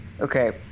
Okay